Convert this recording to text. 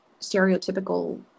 stereotypical